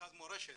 מרכז מורשת.